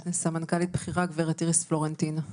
סמנכ"לית בכירה, גברת איריס פלורנטין.